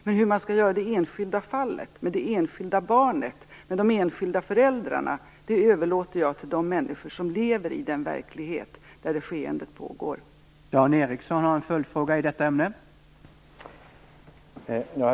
Men hur man skall göra i det enskilda fallet, med det enskilda barnet, med de enskilda föräldrarna överlåter jag till de människor som lever i den verklighet där skeendet pågår att besluta.